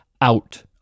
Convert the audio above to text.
out